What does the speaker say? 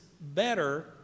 better